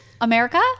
America